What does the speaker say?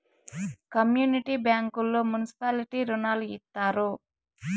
community బ్యాంకుల్లో municipality రుణాలు ఇత్తారు